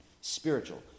Spiritual